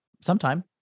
sometime